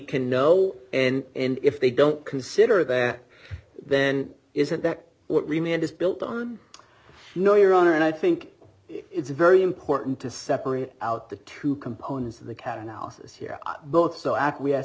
can know and if they don't consider that then isn't that what remained is built on you know your honor and i think it's very important to separate out the two components of the cat analysis here both so acquiesce